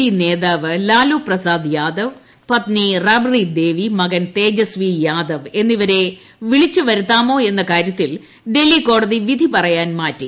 D നേതാവ് ലാലു പ്രസാദ് യാദവ് പത്നി റാബ്രി ദേവി മകൻ തേജസ്വി യാദവ് എന്നിവരെ വിളിച്ചു വരുത്താമോ എന്ന കാര്യത്തിൽ ഡൽഹി കോടതി വിധി പറയാൻ മാറ്റി